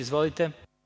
Izvolite.